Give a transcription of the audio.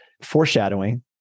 foreshadowing